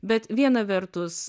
bet viena vertus